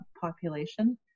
population